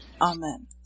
Amen